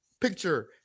picture